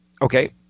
Okay